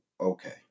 okay